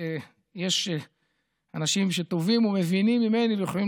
יש אנשים שטובים ומבינים ממני ויכולים